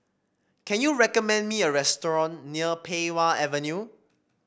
can you recommend me a restaurant near Pei Wah Avenue